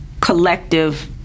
Collective